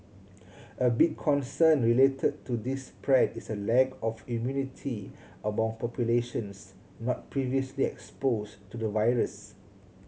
a big concern related to this spread is a lack of immunity among populations not previously exposed to the virus